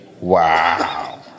Wow